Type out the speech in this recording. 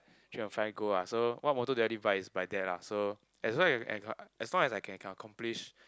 three on five goal ah so what motto did I live by is by that lah so as long as I can as long as I can accomplish